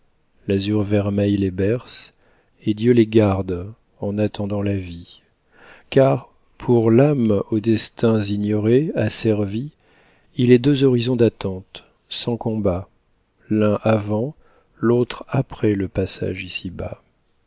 l'azur vermeil les berce et dieu les garde en attendant la vie car pour l'âme aux destins ignorés asservie il est deux horizons d'attente sans combats l'un avant l'autre après le passage ici-bas